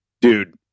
Dude